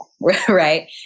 Right